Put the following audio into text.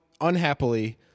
unhappily